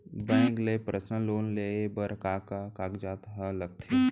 Bank ले personal loan लेये बर का का कागजात ह लगथे?